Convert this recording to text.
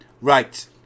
Right